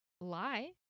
lie